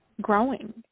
growing